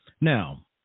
Now